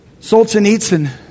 Solzhenitsyn